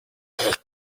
est